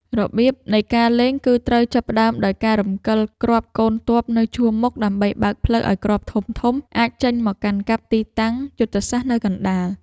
របៀបនៃការលេងគឺត្រូវចាប់ផ្តើមដោយការរំកិលគ្រាប់កូនទ័ពនៅជួរមុខដើម្បីបើកផ្លូវឱ្យគ្រាប់ធំៗអាចចេញមកកាន់កាប់ទីតាំងយុទ្ធសាស្ត្រនៅកណ្តាល។